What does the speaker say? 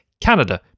Canada